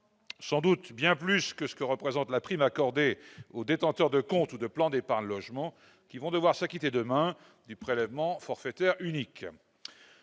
sans doute bien plus que ce que représente la prime accordée aux détenteurs de comptes ou de plans d'épargne logement, qui vont devoir s'acquitter demain du prélèvement forfaitaire unique,